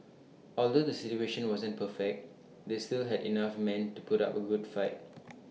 although the situation wasn't perfect they still had enough men to put up A good fight